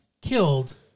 killed